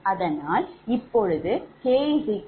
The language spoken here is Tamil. அதனால் இப்போது k3 ஏனெனில் n3